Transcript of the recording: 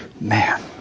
man